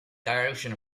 direction